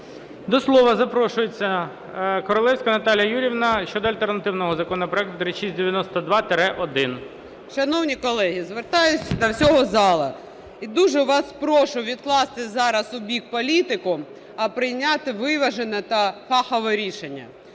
До слова запрошується Королевська Наталія Юріївна щодо альтернативного законопроекту 3692-1. 11:39:36 КОРОЛЕВСЬКА Н.Ю. Шановні колеги, звертаюсь до всього залу і дуже вас прошу відкласти зараз у бік політику, а прийняти виважене та фахове рішення.